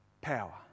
power